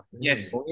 Yes